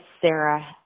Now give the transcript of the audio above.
Sarah